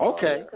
Okay